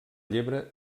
llebre